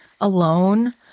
alone